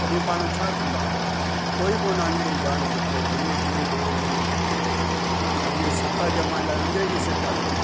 तॾहिं पाण छा कांदा हुआसीं कोई कोन अंग्रेज के ॼाणंदो पोइ धीरे धीरे धीरे हुननि पंहिंजे सता ॼमाइण लाइ अंग्रेजी सेखारियो